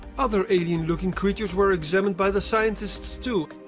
other alien-looking creatures were examined by the scientists too.